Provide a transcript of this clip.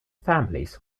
families